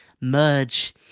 merge